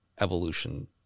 evolution